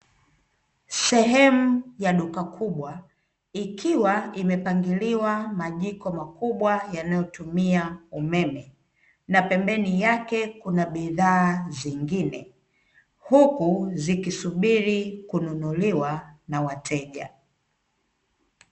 Sehemu ya duka kubwa ikiwa imepangiliwa majiko makubwa yanayotumia umeme, na pembeni yake kuna bidhaa zingine huku zikisubiri kununuliwa na wateja.